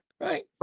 Right